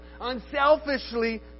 Unselfishly